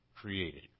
created